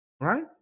right